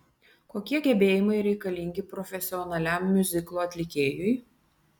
kokie gebėjimai reikalingi profesionaliam miuziklo atlikėjui